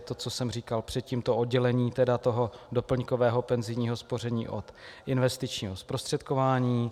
To, co jsem říkal předtím, to oddělení tedy toho doplňkového penzijního spoření od investičního zprostředkování.